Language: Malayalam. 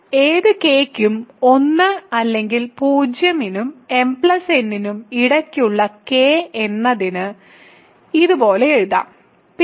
ഏത് k യ്ക്കും 1 അല്ലെങ്കിൽ 0 നും m n നും ഇടയിലുള്ള k എന്നതിന് ഇത് പോലെ എഴുതാം Pk